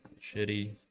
Shitty